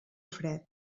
fred